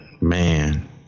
man